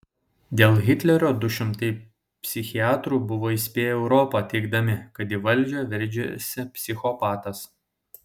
dėl hitlerio du šimtai psichiatrų buvo įspėję europą teigdami kad į valdžią veržiasi psichopatas